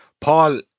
Paul